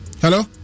Hello